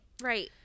right